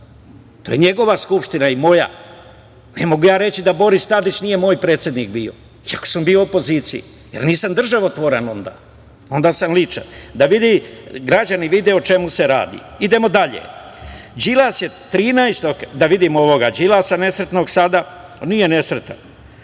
To je njegova Skupština i moja. Ne mogu ja reći da Boris Tadić nije moj predsednik bio, iako sam bio u opoziciji, jer nisam državotvoran onda, onda sam ličan. Eto, da građani vide o čemu se radi. Idemo dalje, Đilas je, da vidimo ovog Đilasa nesretnog, ma nije nesrećan,